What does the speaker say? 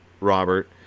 Robert